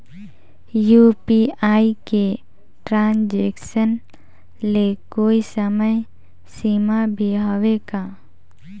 UPI के transaction ले कोई समय सीमा भी हवे का?